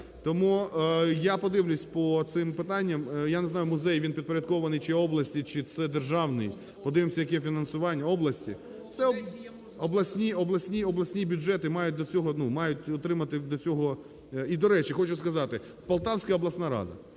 Тому я подивлюся по цим питанням. Я не знаю, музей він підпорядкований чи області, чи це державний, подивимося, яке фінансування області. Обласні бюджети мають до цього, ну, мають отримати до цього… І, до речі, хочу сказати, Полтавська обласна рада.